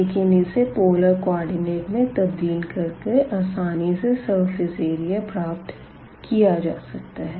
लेकिन इसे polar coordinate में तब्दील कर कर आसानी से सरफेस एरिया प्राप्त किया जा सकता है